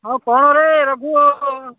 ହଁ କଣରେ ରଘୁ